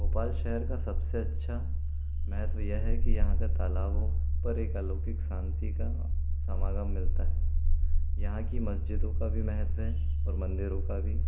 भोपाल शहर का सबसे अच्छा महत्व यह है कि यहाँ का तालाबों पर एक अलौकिक शांति का समागम मिलता है यहाँ की मस्जिदों का भी महत्व हैं और मंदिरों का भी